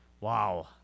Wow